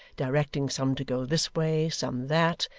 directing some to go this way, some that,